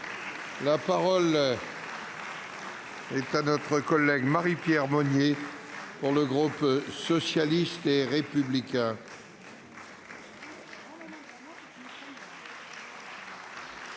La parole est à Mme Marie-Pierre Monier, pour le groupe socialiste et républicain.